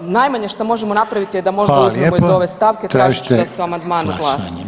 najmanje što možemo napraviti [[Upadica: Hvala lijepa, tražite glasovanje]] je da… tražiti da se o Amandmanu glasuje.